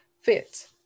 fit